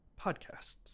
Podcasts